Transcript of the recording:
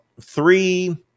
three